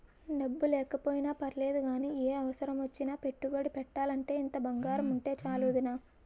డబ్బు లేకపోయినా పర్లేదు గానీ, ఏ అవసరమొచ్చినా పెట్టుబడి పెట్టాలంటే ఇంత బంగారముంటే చాలు వొదినా